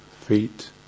feet